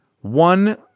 one